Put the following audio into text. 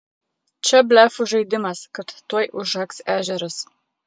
čia blefų žaidimas kad tuoj užaks ežeras